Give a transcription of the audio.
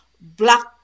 black